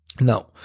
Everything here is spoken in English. Now